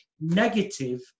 negative